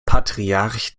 patriarch